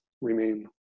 remain